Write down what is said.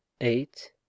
Eight